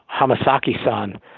Hamasaki-san